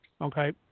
okay